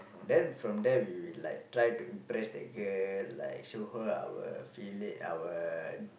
then from there we will like try to impress that girl like show her our feeling our